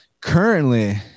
Currently